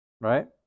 right